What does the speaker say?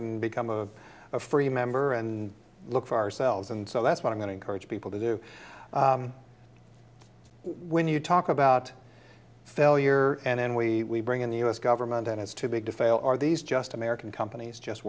and become a free member and look for ourselves and so that's what i'm going to encourage people to do when you talk about failure and then we bring in the u s government and it's too big to fail or these just american companies just